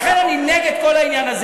לכן אני נגד כל העניין הזה.